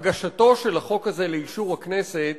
הגשתו של החוק הזה לאישור הכנסת